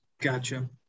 Gotcha